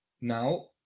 Now